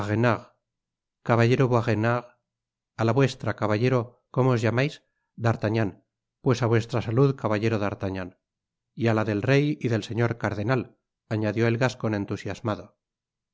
caballero boisrenard a la vuestra caballero como os llamais d'artagnan pues á vuestra salud caballero d'artagnan y á la del rey y del señor cardenal añadió el gascon entusiasmado